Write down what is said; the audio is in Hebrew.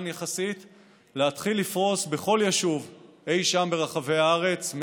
יחסית להתחיל לפרוס בכל יישוב אי-שם ברחבי הארץ,